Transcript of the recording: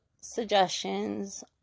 suggestions